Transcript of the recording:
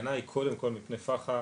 שההגנה היא קודם כל מפני פח"ע.